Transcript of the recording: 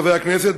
חברי הכנסת,